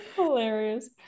Hilarious